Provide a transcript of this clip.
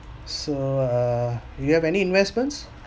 so uh you have any investments